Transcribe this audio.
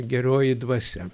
geroji dvasia